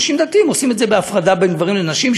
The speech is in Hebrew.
אנשים דתיים עושים את זה בהפרדה בין גברים לנשים,